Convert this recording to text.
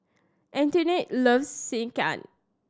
Antionette loves Sekihan